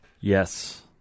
Yes